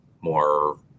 more